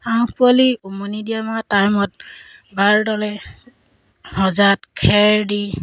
হাঁহ পোৱালি উমনি দিয়া টাইমত বাৰ দলে সজাত খেৰ দি